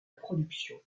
production